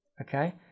okay